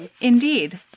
Indeed